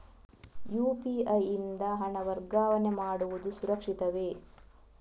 UPI ಯಿಂದ ಹಣ ವರ್ಗಾವಣೆ ಮಾಡುವುದು ಸುರಕ್ಷಿತವೇ?